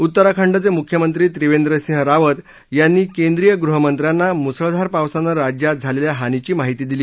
उत्तराखंडचे मुख्यमंत्री त्रिवेंद्र सिंह रावत यांनी केंद्रीय गृहमंत्र्यांना मुसळधार पावसानं राज्यात झालेल्या हानीची माहिती दिली